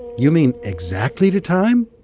you mean exactly to time?